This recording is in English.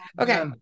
okay